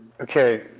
Okay